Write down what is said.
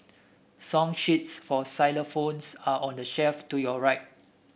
song sheets for xylophones are on the shelf to your right